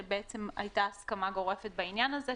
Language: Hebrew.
בעצם הייתה הסכמה גורפת בעניין הזה,